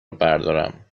بردارم